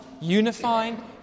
unifying